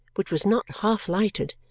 which was not half lighted,